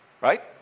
right